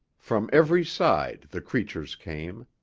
from every side the creatures came.